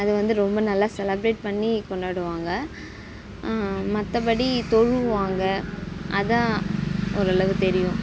அது வந்து ரொம்ப நல்லா செலப்ரேட் பண்ணி கொண்டாடுவாங்க மற்றபடி தொழுகுவாங்க அதுதான் ஓரளவு தெரியும்